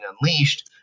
unleashed